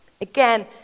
Again